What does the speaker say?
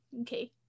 Okay